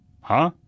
Huh